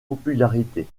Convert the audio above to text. popularité